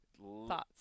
thoughts